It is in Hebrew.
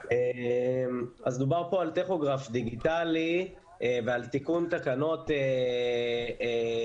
דובר פה על טכוגרף דיגיטלי ועל תיקון תקנות בישראל.